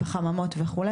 בחממות וכו',